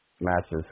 matches